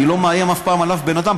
אני לא מאיים אף פעם על בן אדם.